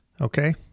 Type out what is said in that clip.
Okay